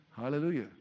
hallelujah